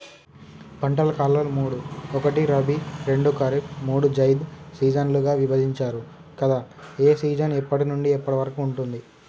పంటల కాలాలు మూడు ఒకటి రబీ రెండు ఖరీఫ్ మూడు జైద్ సీజన్లుగా విభజించారు కదా ఏ సీజన్ ఎప్పటి నుండి ఎప్పటి వరకు ఉంటుంది?